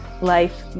life